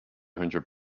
hundred